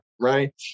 right